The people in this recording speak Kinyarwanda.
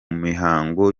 mihango